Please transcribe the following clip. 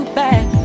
back